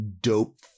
dope